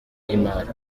y’imari